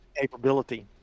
capability